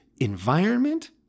environment